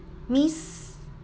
miss